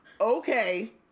Okay